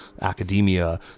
academia